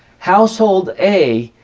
household a,